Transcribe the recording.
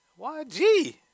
YG